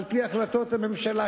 על-פי החלטות הממשלה,